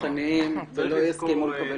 כוחניים ולא יסכימו לקבל ביקורת.